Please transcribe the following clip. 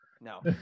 No